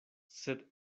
sed